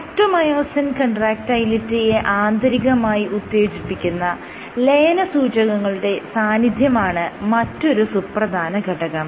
actomyosin കൺട്രാക്ടയിലിറ്റിയെ ആന്തരികമായി ഉത്തേജിപ്പിക്കുന്ന ലയനസൂചകങ്ങളുടെ സാന്നിധ്യമാണ് മറ്റൊരു സുപ്രധാന ഘടകം